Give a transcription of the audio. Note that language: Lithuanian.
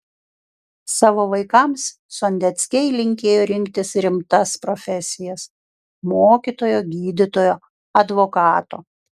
savo vaikams sondeckiai linkėjo rinktis rimtas profesijas mokytojo gydytojo advokato